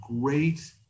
great